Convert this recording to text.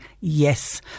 yes